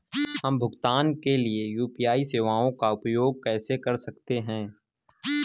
हम भुगतान के लिए यू.पी.आई सेवाओं का उपयोग कैसे कर सकते हैं?